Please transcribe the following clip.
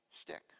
stick